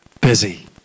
busy